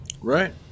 Right